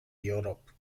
europe